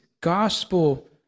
gospel